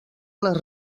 les